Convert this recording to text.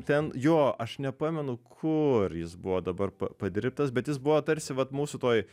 ten jo aš nepamenu kur jis buvo dabar pa padirbtas bet jis buvo tarsi vat mūsų toj